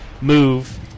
move